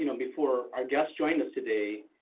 you know before our guests joining us today.